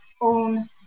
own